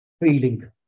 feeling